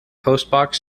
postbox